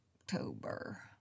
October